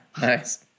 nice